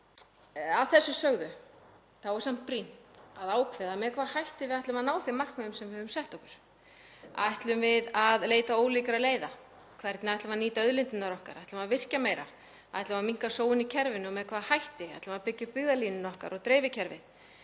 Að þessu sögðu þá er samt brýnt að ákveða með hvaða hætti við ætlum að ná þeim markmiðum sem við höfum sett okkur. Ætlum við að leita ólíkra leiða? Hvernig ætlum við að nýta auðlindirnar okkar? Ætlum við að virkja meira? Ætlum við að minnka sóun í kerfinu og með hvaða hætti ætlum við að byggja upp byggðalínuna okkar og dreifikerfi?